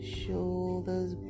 shoulders